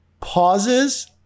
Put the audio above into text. pauses